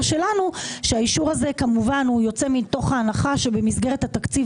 שלנו שהאישור הזה כמובן הוא יוצא מתוך ההנחה שבמסגרת התקציב